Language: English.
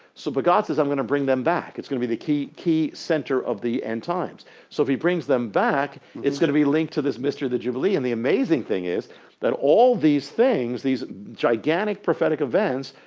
so but god says, i'm going to bring them back. it's going to be the key key center of the end-times'. so if he brings them back it's going to be linked to this mystery of the jubilee and the amazing thing is that all these things, these gigantic prophetic events,